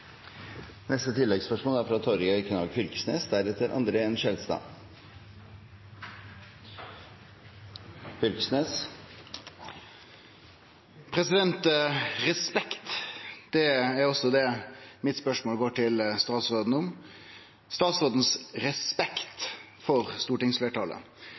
Torgeir Knag Fylkesnes – til oppfølgingsspørsmål. «Respekt» er også det mitt spørsmål til statsråden handlar om – statsrådens respekt